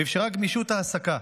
ואפשרה גמישות העסקה,